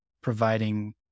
providing